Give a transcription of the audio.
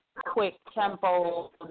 quick-tempo